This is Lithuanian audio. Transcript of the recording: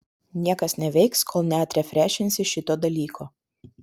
niekas neveiks kol neatrefrešinsi šito dalyko